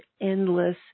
endless